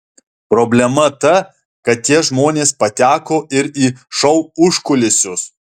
problema ta kad tie žmonės pateko ir į šou užkulisius